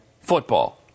football